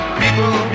people